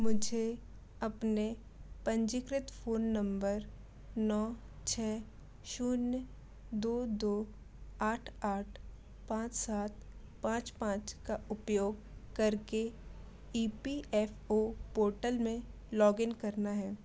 मुझे अपने पंजीकृत फ़ोन नंबर नौ छ शून्य दो दो आठ आठ पाँच सात पाँच पाँच का उपयोग करके E P F O portal में लॉगिन करना है